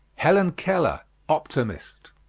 helen keller optimist.